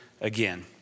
again